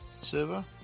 server